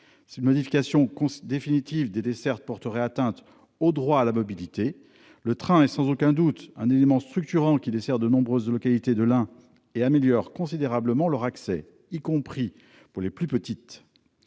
Une modification définitive des dessertes porterait atteinte au droit à la mobilité. Le train est sans aucun doute un élément structurant qui dessert de nombreuses localités de l'Ain et améliore considérablement leur accès, y compris aux plus petites